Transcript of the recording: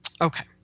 Okay